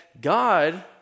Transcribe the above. God